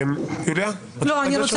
אני רוצה